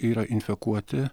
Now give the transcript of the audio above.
yra infekuoti